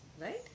right